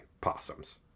possums